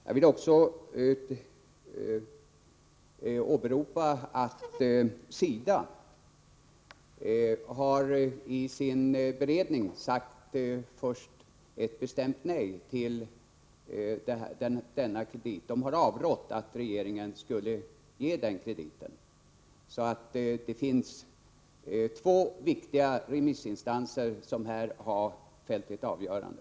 Jag vill även åberopa att SIDA i sin beredning först sade ett bestämt nej till denna kredit. Nämnden avrådde regeringen från att ge denna kredit. Två viktiga remissinstanser har här fällt ett avgörande.